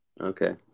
okay